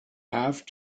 have